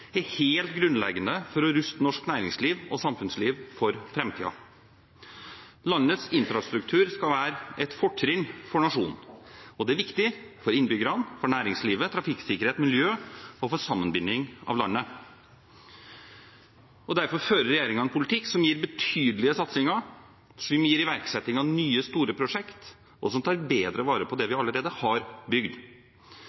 er styrking av infrastrukturen helt grunnleggende for å ruste norsk næringsliv og samfunnsliv for framtiden. Landets infrastruktur skal være et fortrinn for nasjonen. Det er viktig for innbyggerne, for næringslivet, for trafikksikkerhet, for miljøet og for sammenbinding av landet. Derfor fører regjeringen en politikk som gir betydelige satsinger, som gir iverksetting av nye store prosjekter, og som tar bedre vare på det vi